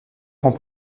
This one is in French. rend